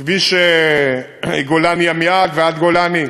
כביש גולני עמיעד ועד גולני,